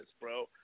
bro